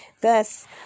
Thus